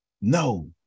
No